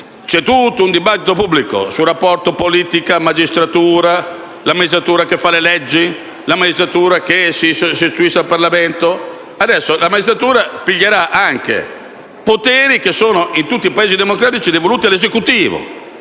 c'è tutto un dibattito pubblico sul rapporto tra politica e magistratura, sulla magistratura che fa le leggi e sulla magistratura che si sostituisce al Parlamento, adesso la magistratura assumerà anche poteri che, in tutti i Paesi democratici, sono devoluti all'Esecutivo.